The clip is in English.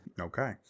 Okay